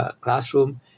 classroom